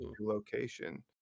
location